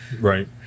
Right